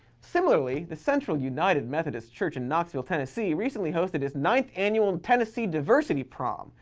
similarly, the central united methodist church in knoxville, tennessee recently hosted its ninth annual tennessee diversity prom.